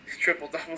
triple-double